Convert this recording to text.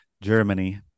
Germany